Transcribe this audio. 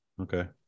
Okay